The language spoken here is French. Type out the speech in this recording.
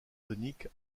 tonique